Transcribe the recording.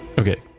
okay,